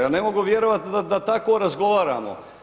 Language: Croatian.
Pa ja ne mogu vjerovati da tako razgovaramo.